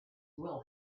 will